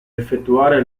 effettuare